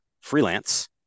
freelance